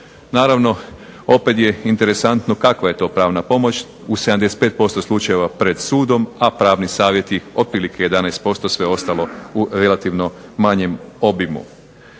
Naravno opet je interesantno kakva je to pravna pomoć u 75% slučajeva pred sudom, a pravni savjeti otprilike 11%, sve ostalo u relativno manjem obijmu.